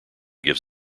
gives